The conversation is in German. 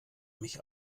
mich